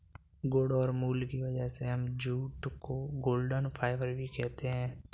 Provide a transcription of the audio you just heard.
गुण और मूल्य की वजह से हम जूट को गोल्डन फाइबर भी कहते है